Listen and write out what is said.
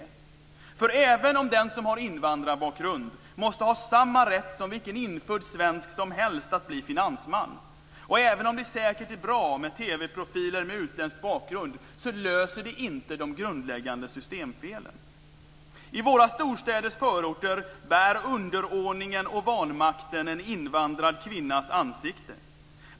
För även om den som har invandrarbakgrund måste ha samma rätt som vilken infödd svensk som helst att bli finansman och även om det säkert är bra med TV-profiler med utländsk bakgrund löser det inte de grundläggande systemfelen. I våra storstäders förorter bär underordningen och vanmakten en invandrad kvinnas ansikte.